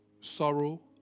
sorrow